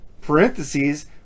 parentheses